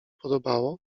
podobało